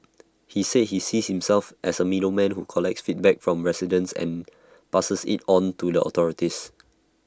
he said he sees himself as A middleman who collects feedback from residents and passes IT on to the authorities